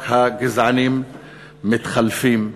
רק הגזענים מתחלפים.